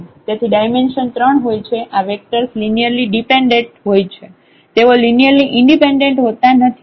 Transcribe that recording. તેથી ડાયમેન્શન 3 હોય છે આ વેક્ટર્સ લિનિયરલી ડિપેન્ડેન્ટ હોય છે તેઓ લિનિયરલી ઈન્ડિપેન્ડેન્ટ હોતા નથી